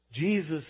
Jesus